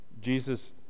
Jesus